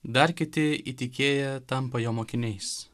dar kiti įtikėję tampa jo mokiniais